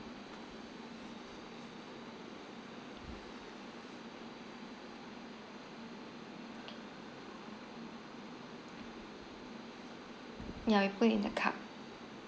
ya we put in the cup